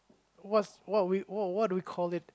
what's what we what what do we call it